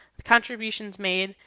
the contributions made,